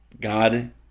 God